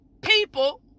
people